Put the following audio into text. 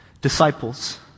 disciples